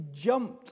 jumped